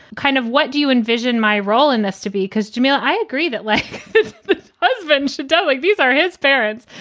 kind of. what do you envision my role in this to be? because to me, i agree that like this husband should die like these are his parents.